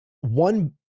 one